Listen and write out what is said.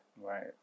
Right